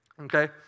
Okay